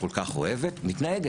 כל כך אוהבת מתנהגת.